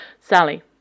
Sally